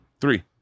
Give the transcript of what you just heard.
three